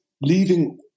leaving